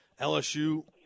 LSU